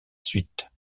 suite